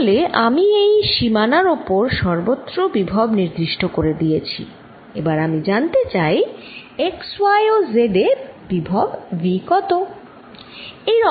তাহলে আমি এই সীমানার ওপর সর্বত্র বিভব নির্দিষ্ট করে দিয়েছি এবার আমি জানতে চাই x y ও z এ বিভব V কত